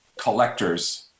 collectors